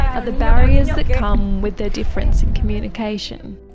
are the barriers that come with their difference in communication.